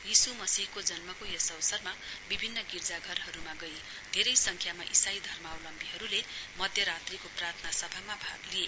यीशु मसीहको जन्मको यस अवसरमा विभिन्न गिर्जाघरहरूमा गई घेरै संख्यामा इसाई धर्मावलम्बीहरूले मध्यरात्रीको प्रार्थना सभामा भाग लिए